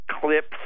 clips